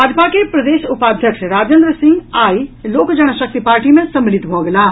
भाजपा के प्रदेश उपाध्यक्ष राजेन्द्र सिंह आई लोक जनशक्ति पार्टी मे सम्मिलित भऽ गेलाह